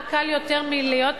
מה קל יותר מלהיות